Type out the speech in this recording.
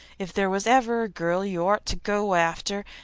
if there was ever a girl you ort to go after,